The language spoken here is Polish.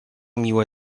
miłe